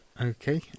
okay